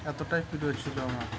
এতটাই প্রিয় ছিল আমার